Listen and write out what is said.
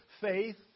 faith